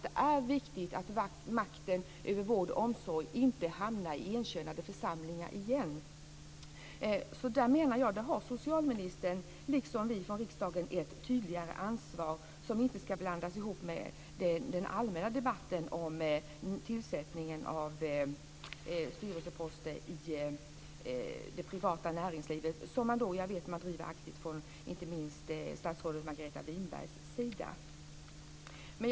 Det är viktigt att makten över vård och omsorg inte hamnar i enkönade församlingar igen. Där har socialministern, liksom riksdagen, ett tydligare ansvar, som inte ska blandas ihop med den allmänna debatten om tillsättningen av styrelseposter i det privata näringslivet - en fråga som statsrådet Margareta Winberg driver aktivt.